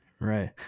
Right